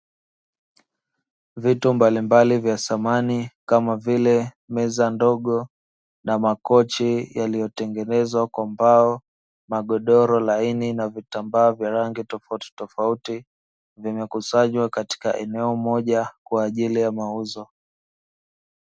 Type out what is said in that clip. Vitu mbalimbali vya samani kama vile meza ndogo na makochi yaliyotengenezwa kwa mbao, magodoro laini na vitambaa vya rangi tofautitofauti, vimekusanywa katika eneo moja kwa ajili ya mauzo.